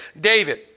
David